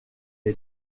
est